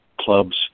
clubs